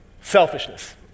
Selfishness